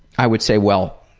i would say, well,